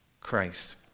Christ